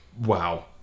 Wow